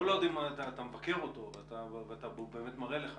כל עוד אתה מבקר אותו והוא באמת מראה לך